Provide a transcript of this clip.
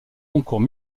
concours